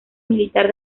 militar